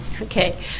Okay